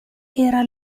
era